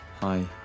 Hi